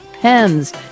pens